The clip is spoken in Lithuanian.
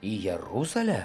į jeruzalę